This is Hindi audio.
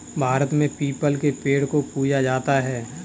भारत में पीपल के पेड़ को पूजा जाता है